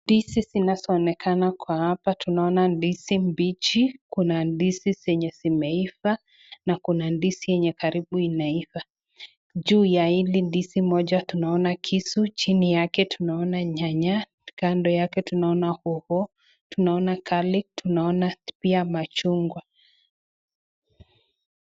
Ndizi zinazoonekana kwa hapa, tunaona ndizi mbichi, kuna ndizi zenye zimeiva na kuna ndizi enye karibu inaiva. Juu ya hili ndizi moja tunaona kisu, chini yake tunaona nyanya, kando yake tunaona hoho, tunaona garlic , tunaona pia machungwa.